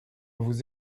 vous